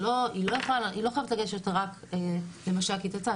היא לא חייבת לגשת רק למשקית הת"ש,